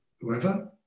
whoever